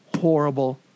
horrible